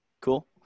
cool